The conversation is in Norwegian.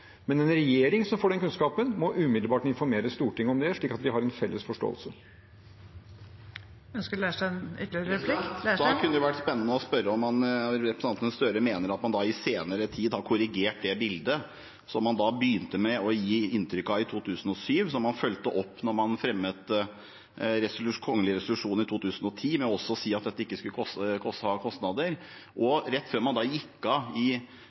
Men en regjering som får den kunnskapen, må umiddelbart informere Stortinget om det, slik at vi har en felles forståelse. Da kunne det vært spennende å spørre om representanten Gahr Støre mener at man i senere tid har korrigert det bildet som man begynte med å gi inntrykk av i 2007, som man fulgte opp da man fremmet kongelig resolusjon i 2010 med å si at dette ikke skulle ha kostnader. Og rett før man gikk av i